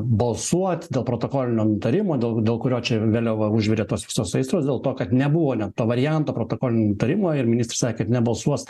balsuot dėl protokolinio nutarimo dėl dėl kurio čia vėliau va užvirė tos visos aistros dėl to kad nebuvo net to varianto protokolinio nutarimo ir ministrė sakė kad nebalsuos